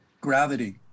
Gravity